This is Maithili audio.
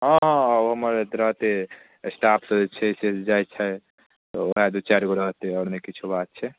हँ हँ ओ हमर रहतै स्टाफसभ जे छै से जाइ छै तऽ उएह दू चारिगो रहतै आओर नहि किछो बात छै